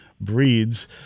breeds